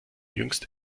jüngst